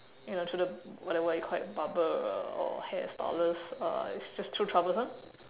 you know to the whatever you call it barber or or hair stylist uh is just too troublesome